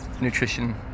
nutrition